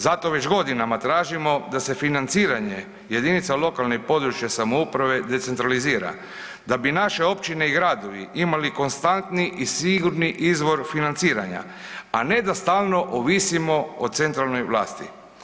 Zato već godinama tražimo da se financiranje jedinica lokalne i područne samouprave decentralizira da bi naše općine i gradovi imali konstantni i sigurni izvor financiranja, a ne da stalno ovisimo o centralnoj vlasti.